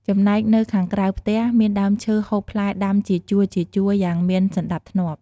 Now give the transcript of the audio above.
ចំណែកនៅខាងក្រៅផ្ទះ មានដើមឈើហូបផ្លែដាំជាជួរៗ យ៉ាងមានសណ្ដាប់ធ្នាប់។